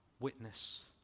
witness